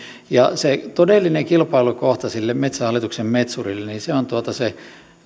ja se todellinen kilpailukohta sille metsähallituksen metsurille on se